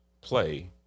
play